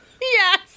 Yes